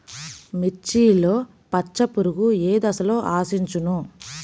మిర్చిలో పచ్చ పురుగు ఏ దశలో ఆశించును?